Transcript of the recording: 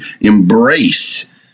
embrace